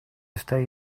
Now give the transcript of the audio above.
stay